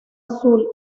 azul